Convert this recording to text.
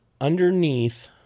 underneath